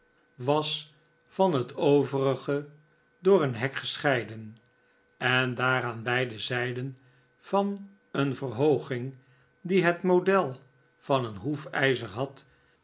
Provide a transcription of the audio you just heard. was van het overige door een hek gescheiden en daar aan beide zijden van een verhooging die het model van een hoefijzer had